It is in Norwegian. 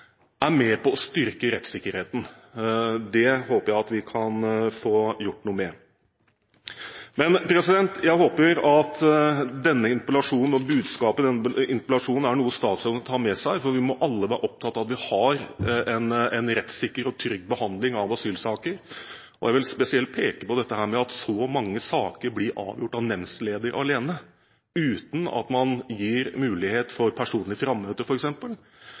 er med på å styrke rettssikkerheten. Det håper jeg at vi kan få gjort noe med. Jeg håper at budskapet i denne interpellasjonen er noe statsråden tar med seg, for vi må alle være opptatt av at vi har en rettssikker og trygg behandling av asylsaker. Jeg vil spesielt peke på dette at så mange saker blir avgjort av nemndleder alene, uten at man gir mulighet for personlig frammøte,